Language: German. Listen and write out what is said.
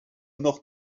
noch